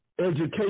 education